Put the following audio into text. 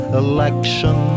election